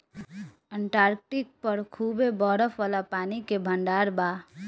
Antarctic पर खूबे बरफ वाला पानी के भंडार बा